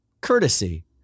courtesy